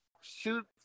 shoot